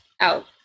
out